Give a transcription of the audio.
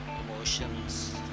emotions